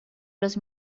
los